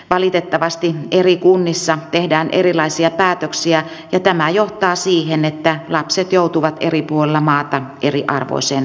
valitettavasti eri kunnissa tehdään erilaisia päätöksiä ja tämä johtaa siihen että lapset joutuvat eri puolilla maata eriarvoiseen asemaan